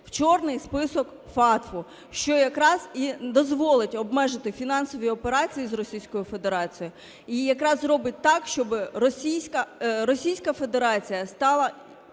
в чорний список FATF, що якраз і дозволить обмежити фінансові операції з Російською Федерацією і якраз зробить так, щоб Російська Федерація стала